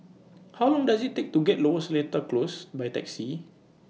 How Long Does IT Take to get to Lower Seletar Close By Taxi